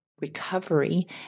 recovery